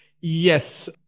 Yes